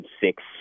six